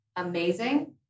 amazing